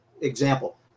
example